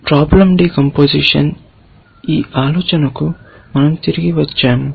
problem decomposition ఈ ఆలోచనకు మన০ తిరిగి వచ్చాము